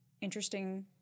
interesting